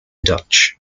dutch